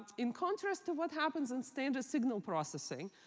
in contrast to what happens in standard signal processing,